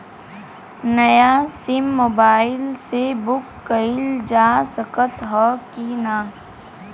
नया SIM mobile से book कइलजा सकत ह कि ना?